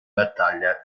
battaglia